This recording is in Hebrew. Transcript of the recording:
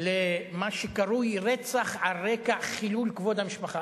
למה שקרוי "רצח על רקע חילול כבוד המשפחה"